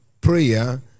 Prayer